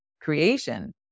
creation